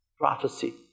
prophecy